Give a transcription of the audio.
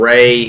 Ray